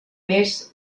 més